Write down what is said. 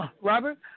Robert